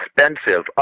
expensive